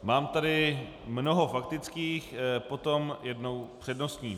Mám tady mnoho faktických, potom jednu přednostní.